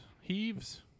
heaves